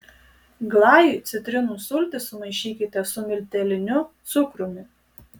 glajui citrinų sultis sumaišykite su milteliniu cukrumi